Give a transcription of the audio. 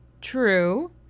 True